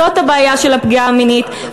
זאת הבעיה של הפגיעה המינית.